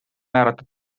määrata